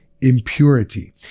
impurity